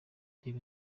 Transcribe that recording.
reba